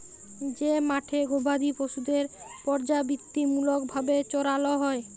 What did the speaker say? যে মাঠে গবাদি পশুদের পর্যাবৃত্তিমূলক ভাবে চরাল হ্যয়